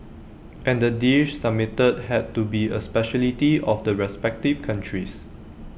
and the dish submitted had to be A speciality of the respective countries